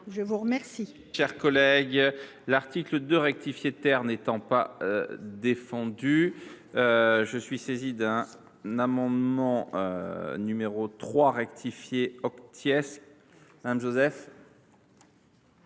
Je vous remercie